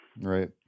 right